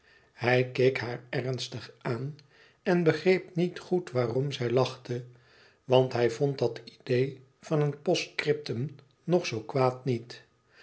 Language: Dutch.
hij keek haar ernstig aan en begreep niet goed waarom zij lachte want hij vond dat idee van een postscriptum nog zoo kwaad niet